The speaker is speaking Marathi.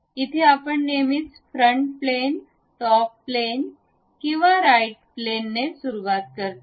इथे आपण नेहमीच फ्रंट प्लेन टॉप प्लेन किंवा राईट प्लेन ने सुरुवात करतो